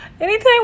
Anytime